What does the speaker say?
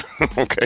okay